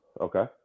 Okay